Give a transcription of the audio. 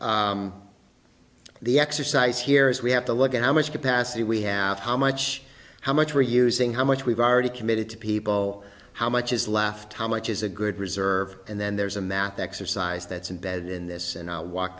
of the exercise here is we have to look at how much capacity we have how much how much we're using how much we've already committed to people how much is left how much is a good reserve and then there's a math exercise that's embedded in this and i'll walk